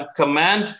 command